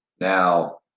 Now